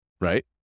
right